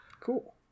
cool